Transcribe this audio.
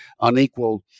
unequal